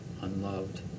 unloved